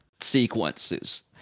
sequences